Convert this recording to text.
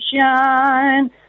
shine